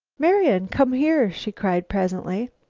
marian, come here! she cried presently.